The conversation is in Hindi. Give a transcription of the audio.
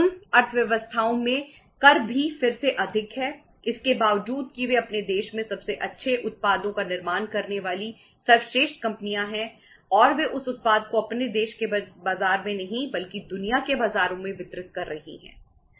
उन अर्थव्यवस्थाओं में कर भी फिर से अधिक है इसके बावजूद कि वे अपने देश में सबसे अच्छे उत्पादों का निर्माण करने वाली सर्वश्रेष्ठ कंपनियां हैं और वे उस उत्पाद को अपने देश के बाजार में नहीं बल्कि दुनिया के बाजारों में वितरित कर रही हैं